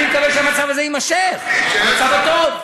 גפני, אני מקווה שהמצב הזה יימשך, המצב הטוב.